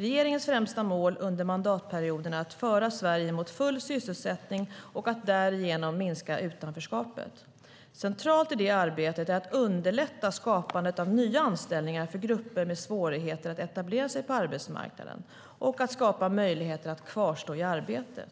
Regeringens främsta mål under mandatperioden är att föra Sverige mot full sysselsättning och att därigenom minska utanförskapet. Centralt i det arbetet är att underlätta skapandet av nya anställningar för grupper med svårigheter att etablera sig på arbetsmarknaden och att skapa möjligheter att kvarstå i arbete.